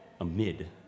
amid